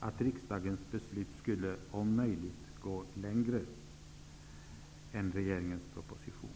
att riksdagens beslut om möjligt skulle gå längre än regeringens proposition.